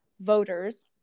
voters